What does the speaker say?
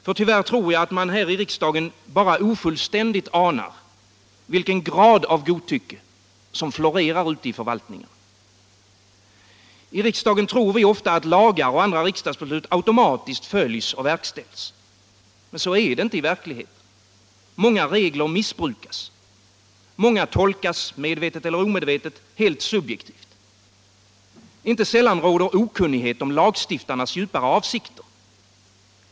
För tyvärr tror jag att man här i riksdagen bara ofullständigt Onsdagen den anar vilken grad av godtycke som florerar ute i förvaltningarna. I riks 11 februari 1976 dagen tror vi ofta att lagar och andra riksdagsbeslut automatiskt följs och verkställs, men så är det inte i verkligheten. Många regler missbrukas. — Granskning av Många tolkas, medvetet eller omedvetet, helt subjektivt. Inte sällan råder — riksdagens ombudsokunnighet om lagstiftarnas djupare avsikter.